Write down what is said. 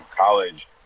college